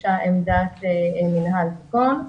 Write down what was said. הוגשה עמדת מינהל תקון,